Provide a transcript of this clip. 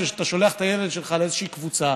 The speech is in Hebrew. כשאתה שולח את הילד שלך לאיזושהי קבוצה,